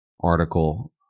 article